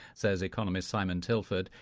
says economist simon tilford,